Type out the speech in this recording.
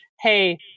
hey